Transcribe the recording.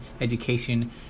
education